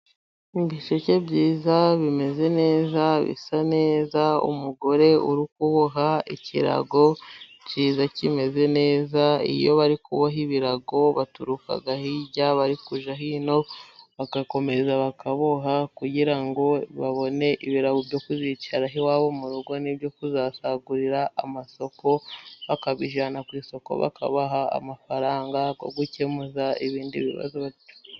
Ibisheke byiza, bimeze neza, bisa neza, umugore urikuboha ikirago cyiza, kimeze neza, iyo barikuboha ibirago baturuka hirya bari kujya hino, bagakomeza bakaboha, kugira ngo babone ibirago byo kuzicaraho iwabo mu rugo, n'ibyo kuzasagurira amasoko, bakabijyana ku isoko, bakabaha amafaranga yo gukemuza ibindi bibazo bafite.